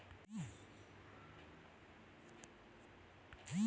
Loan కోసం ప్రయత్నిస్తున్న రైతులకు ప్రత్యేక ప్రయోజనాలు ఉన్నాయా?